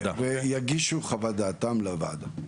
הם יבדקו ויגישו את חוות דעתם לוועדה.